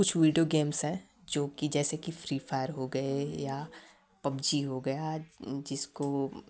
कुछ video games है जोकि जैसे कि फ्री फायर हो गए या पबजी हो गया जिसको वो